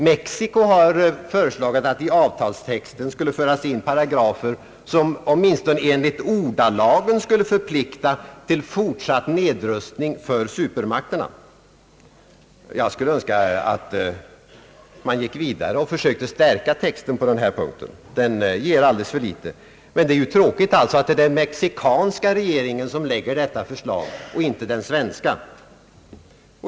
Mexiko har föreslagit att i avtalstexten skulle föras in paragrafer som åtminstone enligt ordalagen skulle förplikta supermakterna till fortsatt nedrustning. Jag önskar att man gick vidare och försökte stärka texten på den här punkten, ty den ger alldeles för litet, men det är tråkigt att det är den mexikanska regeringen som lagt fram detta förslag och inte den svenska.